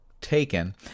taken